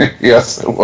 Yes